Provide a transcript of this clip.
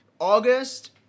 August